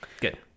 Good